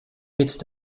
mit